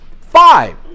Five